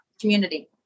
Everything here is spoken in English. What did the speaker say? community